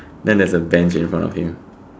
then there's a bench in front of him